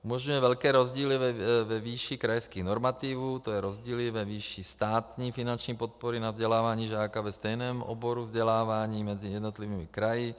Umožňuje velké rozdíly ve výši krajských normativů, to je rozdíly ve výši státní finanční podpory na vzdělávání žáka ve stejném oboru vzdělávání mezi jednotlivými kraji.